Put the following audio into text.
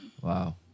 Wow